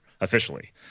officially